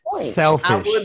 selfish